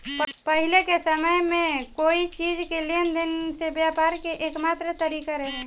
पाहिले के समय में कोई चीज़ के लेन देन से व्यापार के एकमात्र तारिका रहे